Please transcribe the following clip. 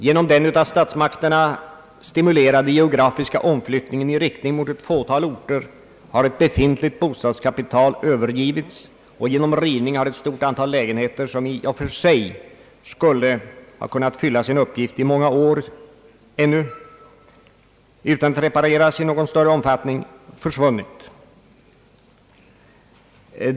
Genom den av statsmakterna stimulerade geografiska omflyttningen i riktning mot ett fåtal orter har ett befintligt bostadskapital övergivits och genom rivning har ett stort antal lägenheter, som i och för sig skulle ha kunnat fylla sin uppgift ännu i många år utan att repareras i någon större omfattning, försvunnit.